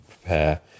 prepare